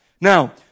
Now